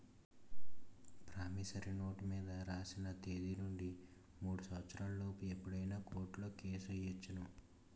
promissory note మీద రాసిన తేదీ నుండి మూడు సంవత్సరాల లోపు ఎప్పుడైనా కోర్టులో కేసు ఎయ్యొచ్చును